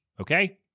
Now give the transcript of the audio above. Okay